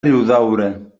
riudaura